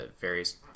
various